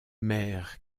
mère